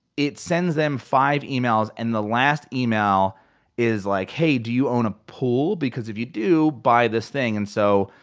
it sends them five emails, and the last email is like, hey, do you own a pool? because if you do, buy this thing. and so,